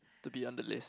to be on the list